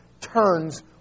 turns